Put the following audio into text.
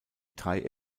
drei